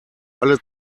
alle